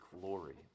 glory